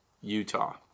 Utah